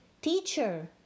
Teacher